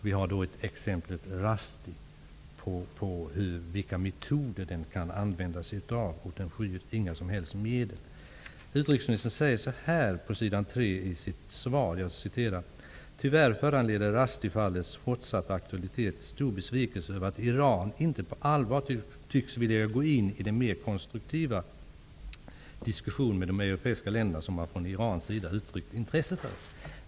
Vi har Rushdieaffären som exempel på vilka metoder den kan använda sig av och på att den inte skyr några som helst medel. Jag citerar vad utrikesministern säger på s. 3 i sitt svar: ''Tyvärr föranleder Rushdiefallets fortsatta aktualitet stor besvikelse över att Iran inte på allvar tycks vilja gå in i de mer konstruktiva diskussionerna med de europeiska länderna som man från Irans sida uttryckt intresse för.''